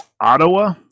Ottawa